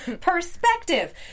Perspective